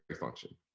function